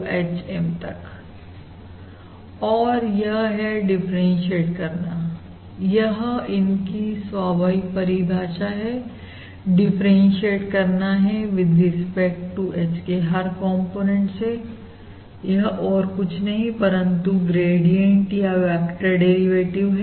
Dow F by dow H1 dow F by dow H2से लेकर F over dow HM तक और यह है डिफरेंसीएट करना यह इनकी स्वाभाविक परिभाषा है डिफरेंसीएट करना है विद रिस्पेक्ट टू H के हर कॉम्पोनेंट सेयह और कुछ नहीं परंतु ग्रेडियंट या वेक्टर डेरिवेटिव है